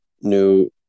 new